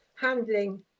handling